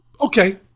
Okay